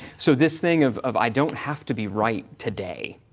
so this thing of, of i don't have to be right today.